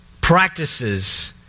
practices